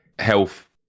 health